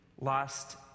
lost